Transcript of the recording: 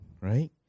right